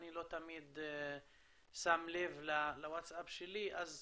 אני לא תמיד שם לב לווטסאפ שלי אז